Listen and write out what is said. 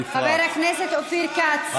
חבר הכנסת אופיר כץ,